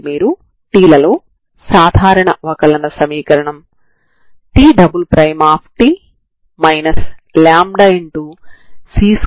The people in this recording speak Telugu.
మీరు ప్రారంభ సమాచారం 0 కి సమానమైన ఈ నాన్ హోమోజీనియస్ సమీకరణాన్ని కలిగి వున్నారు